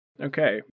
Okay